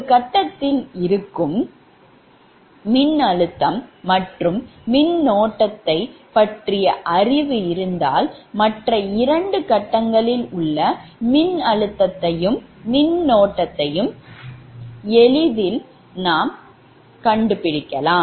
ஒரு கட்டத்தில்இருக்கும் மின்னழுத்தம் மற்றும் மின்னோட்டத்தைப் பற்றிய அறிவு இருந்தால் மற்ற 2 கட்டங்களில் உள்ள மின்னழுத்தத்தையும் மின்னோட்டத்தையும் தீர்மானிக்க போதுமானதாக உள்ளது